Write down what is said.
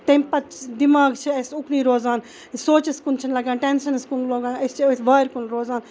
تمہِ پَتہٕ دٮ۪ماغ چھُ اَسہِ اُکنُے روزان سونٛچَس کُن چھنہٕ لَگان ٹینشَنَس کُن روزان أسۍ چھِ أتھ وارِ کُن روزان